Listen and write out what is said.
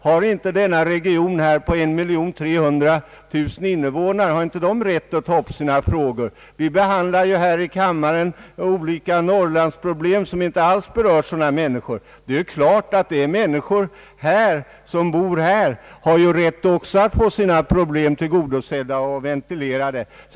Har inte de 1 300 000 invånarna i denna region rätt att ta upp sina frågor? Vi behandlar här i kammaren olika Norrlandsproblem, som inte alls berör så många människor. Det är klart att de människor som bor i Stockholmsområdet också har rätt att få sina behov tillgodosedda och ventilerade.